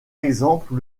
exemple